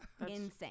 Insane